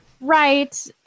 Right